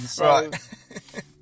Right